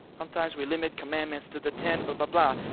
sometimes we limit commandments to the ten. but but blah